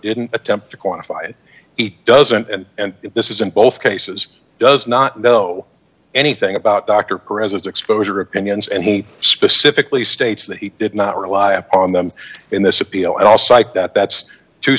didn't attempt to quantify it he doesn't and this is in both cases does not know anything about doctor present the exposure opinions and he specifically states that he did not rely on them in this appeal at all psyched that that's t